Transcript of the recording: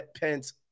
Pence